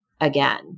again